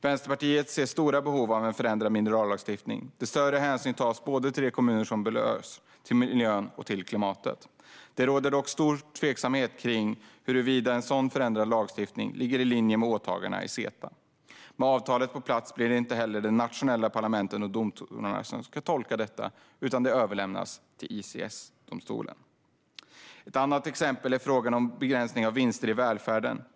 Vänsterpartiet ser stora behov av en förändrad minerallagstiftning, där större hänsyn tas till de kommuner som berörs, till miljön och till klimatet. Det råder dock stor tveksamhet kring huruvida en sådan förändrad lagstiftning ligger i linje med åtagandena i CETA. Med avtalet på plats blir det inte heller de nationella parlamenten och domstolarna som ska tolka detta, utan det överlämnas till ICS-domstolen. Ett annat exempel är frågan om begränsningen av vinster i välfärden.